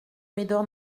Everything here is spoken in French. médor